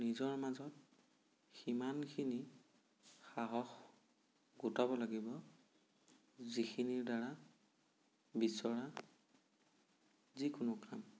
আৰু নিজৰ মাজত সিমানখিনি সাহস গোটাব লাগিব যিখিনিৰ দ্বাৰা বিচৰা যিকোনো কাম